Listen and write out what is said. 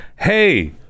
hey